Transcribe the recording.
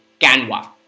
Canva